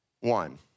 one